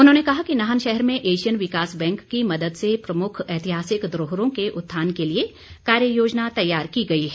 उन्होंने कहा कि नाहन शहर में ऐशियन विकास बैंक की मदद से प्रमुख ऐतिहासिक धरोहरों के उत्थान के लिए कार्ययोजना तैयार की गई है